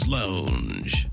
lounge